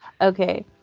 Okay